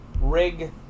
Rig